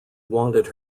wanted